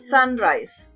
Sunrise